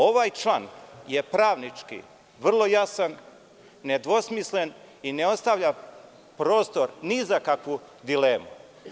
Ovaj član je pravnički vrlo jasan, nedvosmislen i ne ostavlja prostor ni za kakvu dilemu.